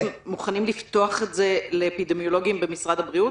האם אתם מוכנים לפתוח את זה לאפידמיולוגים במשרד הבריאות,